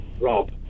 Rob